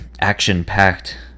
action-packed